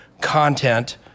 content